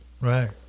Right